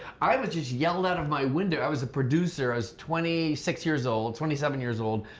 i was just yelled out of my window, i was a producer i was twenty six years old, twenty seven years old,